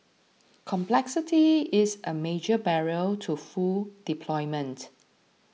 complexity is a major barrier to full deployment